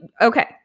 okay